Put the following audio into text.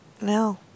No